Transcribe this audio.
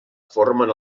formen